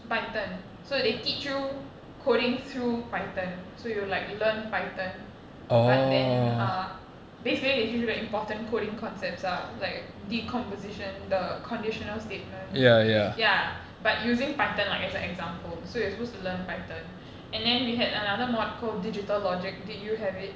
python so they teach you coding through python so you like learn python but then uh basically they teach you the important coding concepts ah like decomposition the conditional statements ya but using python like as a example so you're supposed to learn python and then we had another mod called digital logic did you have it